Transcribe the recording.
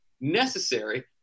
necessary